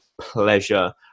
pleasure